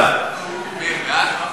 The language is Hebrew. נוספת?